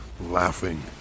laughing